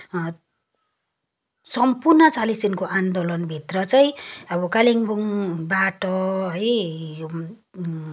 सम्पूर्ण चालिस दिनको आन्दोलनभित्र चाहिँ अब कालिम्पोङबाट है